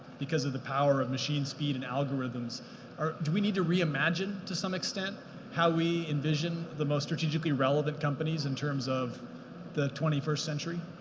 because of the power of machines, speed and algorithms are do we need to re imagine to some extent how we envision the most strategically relevant companies in terms of the twenty first century?